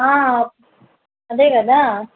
అదే కదా